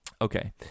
Okay